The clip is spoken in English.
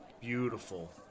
beautiful